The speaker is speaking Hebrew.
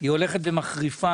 והיא הולכת ומחריפה.